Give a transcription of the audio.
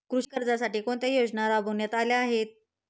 कृषी कर्जासाठी कोणत्या योजना राबविण्यात आल्या आहेत?